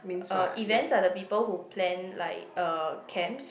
uh events are the people who plan like uh camps